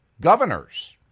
governors